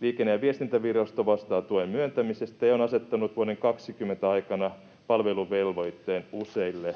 Liikenne- ja viestintävirasto vastaa tuen myöntämisestä ja on asettanut vuoden 20 aikana palveluvelvoitteen useille